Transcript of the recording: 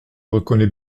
reconnais